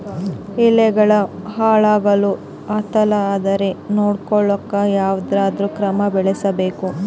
ಎಲೆಗಳಿಗ ಹುಳಾಗಳು ಹತಲಾರದೆ ನೊಡಕೊಳುಕ ಯಾವದ ಕ್ರಮ ಬಳಸಬೇಕು?